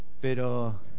pero